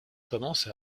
commence